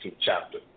chapter